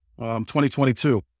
2022